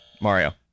Mario